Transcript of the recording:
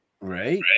Right